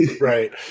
Right